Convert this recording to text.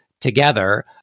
together